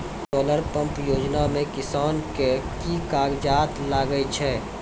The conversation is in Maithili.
सोलर पंप योजना म किसान के की कागजात लागै छै?